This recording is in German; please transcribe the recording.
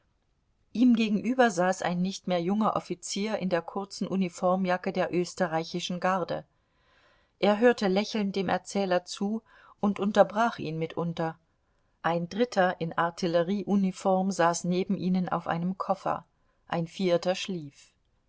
ihm gegenüber saß ein nicht mehr junger offizier in der kurzen uniformjacke der österreichischen garde er hörte lächelnd dem erzähler zu und unterbrach ihn mitunter ein dritter in artillerieuniform saß neben ihnen auf einem koffer ein vierter schlief